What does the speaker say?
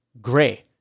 gray